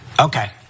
Okay